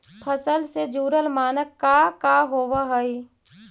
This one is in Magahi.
फसल से जुड़ल मानक का का होव हइ?